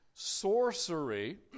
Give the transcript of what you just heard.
sorcery